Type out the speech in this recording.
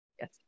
yes